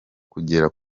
kugera